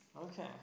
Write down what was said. Okay